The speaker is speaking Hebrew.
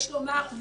יש לומר,